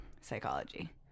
psychology